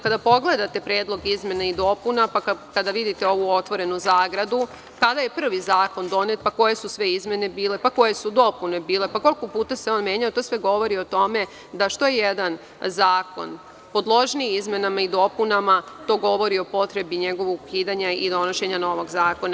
Kada pogledate predlog izmena i dopuna i kada vidite ovu otvorenu zagradu kada je prvi zakon donet i koje su sve izmene bile, pa koje su dopune bile, pa koliko puta se on menjao, to sve govori o tome da što je jedan zakon podložniji izmenama i dopunama to govori o potrebi njegovog ukidanja i donošenja novog zakona.